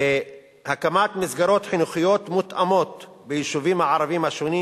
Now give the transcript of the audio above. הקמת מסגרות חינוכיות מותאמות ביישובים הערביים השונים,